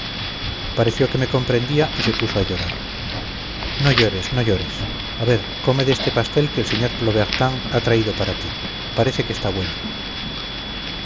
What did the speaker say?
pareció que me comprendía y se puso a llorar no llores no llores a ver come de este pastel que el sr plobertin ha traído para ti parece que está bueno